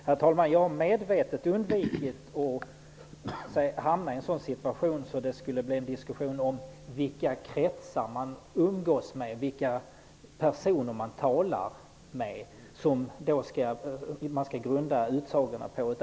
Herr talman! Jag har medvetet undvikit att hamna i en situation där utsagorna grundas på vilka kretsar man umgås i och vilka personer man talar med.